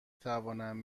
توانم